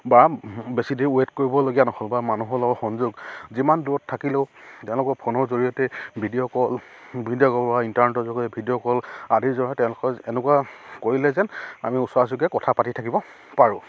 বা বেছি দেৰি ৱেইট কৰিবলগীয়া নহ'ল বা মানুহৰ লগত সংযোগ যিমান দূৰত থাকিলেও তেওঁলোকৰ ফোনৰ জৰিয়তে ভিডিঅ' কল ভিডিঅ' কল বা ইণ্টাৰনেটৰ জৰিয়তে ভিডিঅ' কল আদিৰ জৰিয়তে তেওঁলোকৰ এনেকুৱা কৰিলে যেন আমি ওচৰাওচৰিকৈ কথা পাতি থাকিব পাৰোঁ